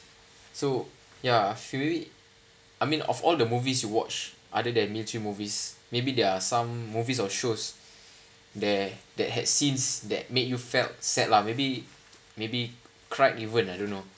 so ya feel it I mean of all the movies you watch other than military movies maybe there are some movies or shows there that had seen that made you felt sad lah maybe maybe cried even I don't know